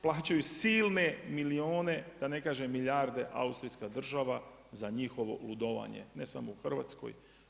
Plaćaju silne milijune, da ne kažem milijarde Austrijska država za ludovanje, ne samo u Hrvatskoj.